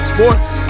Sports